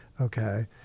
okay